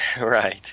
Right